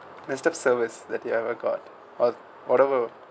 messed up service that you ever got or whatever